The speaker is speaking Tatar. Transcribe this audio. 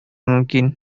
мөмкин